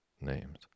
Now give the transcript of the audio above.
names